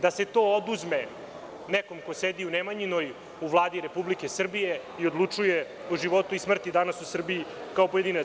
Da se to oduzme nekome ko sedi u Nemanjinoj, u Vladi Republike Srbije i odlučuje o životu i smrti danas u Srbiji kao pojedinac.